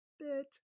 bit